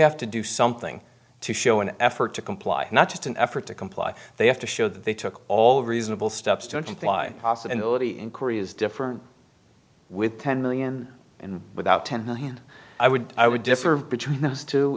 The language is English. have to do something to show an effort to comply not just an effort to comply they have to show that they took all reasonable steps to imply possibility in korea is different with ten million and without ten million i would i would differ between those two